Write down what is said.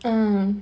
uh